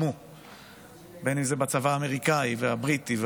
אם זה בצבא האמריקאי, הבריטי.